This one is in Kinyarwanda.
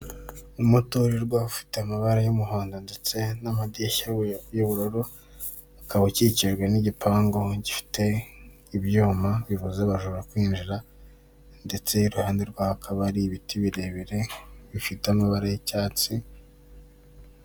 Umuturirwa ufite amabara y'umuhondo ndetse n'amadirishya y'ubururu, ukaba ukikijwe n'igipangu gifite ibyuma bibuza abajura kwinjira ndetse iruhande rwawo hakaba hari ibiti birebire bifite amabara y'icyatsi.